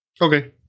Okay